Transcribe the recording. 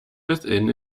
within